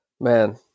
man